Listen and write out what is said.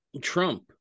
Trump